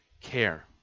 care